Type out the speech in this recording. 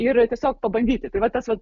ir tiesiog pabandyti tai vat tas vat